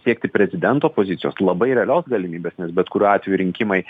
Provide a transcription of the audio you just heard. siekti prezidento pozicijos labai realios galimybės nes bet kuriuo atveju rinkimai